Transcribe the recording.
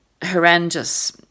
horrendous